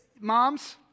moms